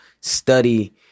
study